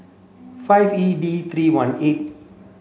five E D three one eight